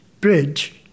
Bridge